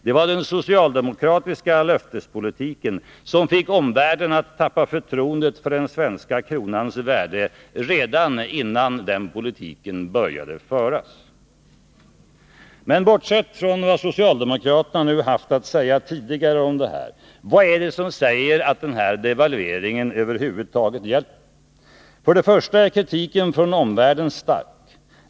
Det var den socialdemokratiska löftespolitiken som fick omvärlden att tappa förtroendet för den svenska kronans värde, redan innan den politiken började föras. Men bortsett från vad socialdemokraterna tidigare har haft att säga om detta, vad är det som säger att denna devalvering över huvud taget hjälper? För det första är kritiken från omvärlden stark.